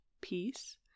peace